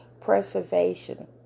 preservation